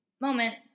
moment